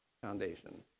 foundation